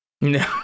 no